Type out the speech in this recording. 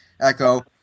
Echo